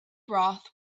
broth